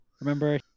Remember